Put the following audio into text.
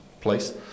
place